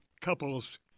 couples